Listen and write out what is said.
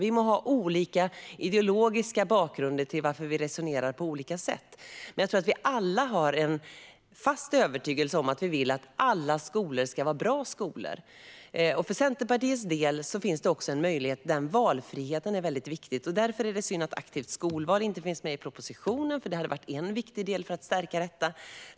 Vi må ha olika ideologiska bakgrunder till att vi resonerar på olika sätt, men jag tror att vi alla har en fast övertygelse om att vi vill att alla skolor ska vara bra skolor. För Centerpartiet är valfriheten mycket viktig. Därför är det synd att aktivt skolval inte finns med i propositionen. Det hade varit en viktig del för att stärka den.